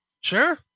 Sure